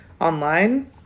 online